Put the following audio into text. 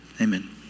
amen